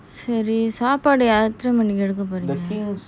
சரி சாப்பாடு எத்தன மணிக்கு எடுத்துட்டு போறீங்க:seri saapadu ethana manikkku eduthutu poringa